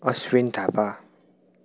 Ashwin Thapa